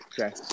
okay